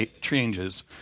changes